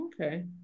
Okay